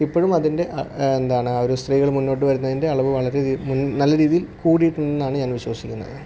ഇപ്പോഴും അതിൻ്റെ ആ എന്താണ് ആ ഒരു സ്ത്രീകൾ മുന്നോട്ടു വരുന്നതിൻ്റെ അളവു വളരെ അധികം മുൻ നല്ല രീതിയിൽ കൂടിയിട്ടുണ്ടെന്നാണ് ഞാൻ വിശ്വസിക്കുന്നത്